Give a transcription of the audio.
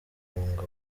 bahunga